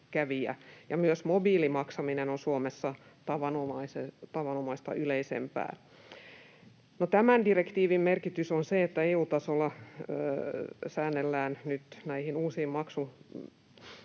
myös mobiilimaksaminen on Suomessa tavanomaista yleisempää. No tämän direktiivin merkitys on se, että EU-tasolla säännellään nyt näihin uusiin